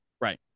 Right